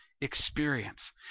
experience